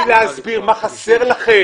תני לי להסביר מה חסר לכם.